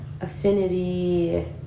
affinity